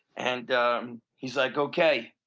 and um he's like, okay,